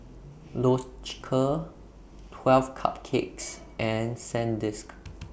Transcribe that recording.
Loacker twelve Cupcakes and Sandisk